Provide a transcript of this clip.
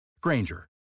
Granger